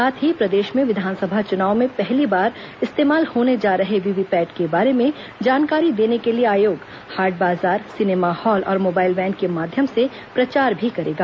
साथ ही प्रदेश में विधानसभा चुनाव में पहली बार इस्तेमाल होने जा रहे वीवी पैट के बारे में जानकारी देने के लिए आयोग हाट बाजार सिनेमा हॉल और मोबाइल वैन के माध्यम से प्रचार भी करेगा